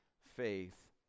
faith